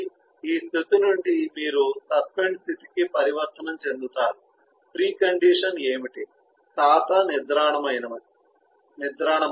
ఆపై ఈ స్థితి నుండి మీరు సస్పెండ్ స్థితికి పరివర్తనం చెందుతారు ప్రీ కండిషన్ ఏమిటి ఖాతా నిద్రాణమైనది